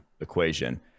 equation